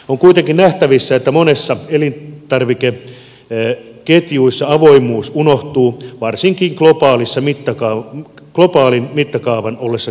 on kuitenkin nähtävissä että monissa elintarvikeketjuissa avoimuus unohtuu varsinkin globaalin mittakaavan ollessa kyseessä